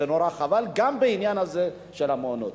זה נורא חבל, גם בעניין הזה של המעונות.